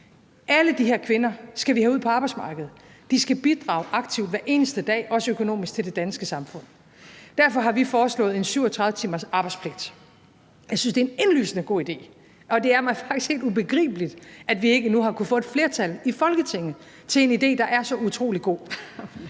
Alle de her kvinder skal vi have ud på arbejdsmarkedet. De skal bidrage aktivt hver eneste dag, også økonomisk, til det danske samfund. Derfor har vi foreslået en 37 timers arbejdspligt. Jeg synes, det er en indlysende god idé, og det er mig faktisk helt ubegribeligt, at vi ikke nu har kunnet få et flertal i Folketinget for en idé, der er så utrolig god.